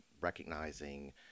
recognizing